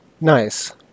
Nice